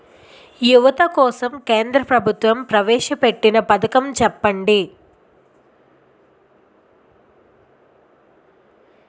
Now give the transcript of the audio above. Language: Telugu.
యువత కోసం కేంద్ర ప్రభుత్వం ప్రవేశ పెట్టిన పథకం చెప్పండి?